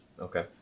Okay